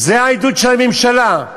זה העידוד של הממשלה.